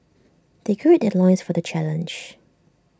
they gird their loins for the challenge